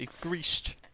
Greased